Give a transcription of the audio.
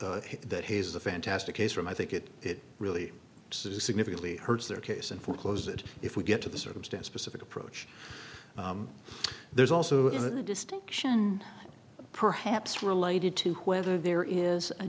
that has the fantastic case from i think it really significantly hurts their case and foreclose that if we get to the circumstance pacific approach there's also a distinction perhaps related to whether there is a